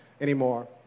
anymore